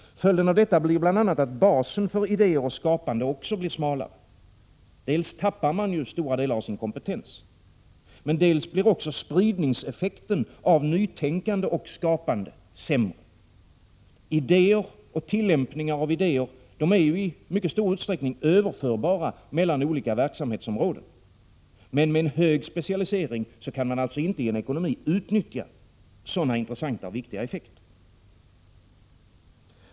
Följden av detta blir bl.a. att basen för idéer och skapande också blir smalare. Dels tappar man ju stora delar av sin kompetens, dels blir också spridningseffekten av nytänkande och skapande sämre. Idéer och tillämpningar av idéer är ju i mycket stor utsträckning överförbara mellan olika verksamhetsområden, men med en hög specialisering kan man alltså inte i en ekonomi utnyttja sådana intressanta och viktiga effekter.